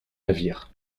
navire